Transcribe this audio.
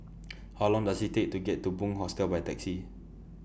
How Long Does IT Take to get to Bunc Hostel By Taxi